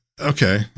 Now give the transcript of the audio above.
okay